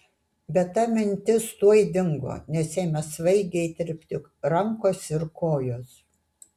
bet ta mintis tuoj dingo nes ėmė svaigiai tirpti rankos ir kojos